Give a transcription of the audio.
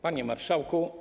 Panie Marszałku!